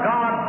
God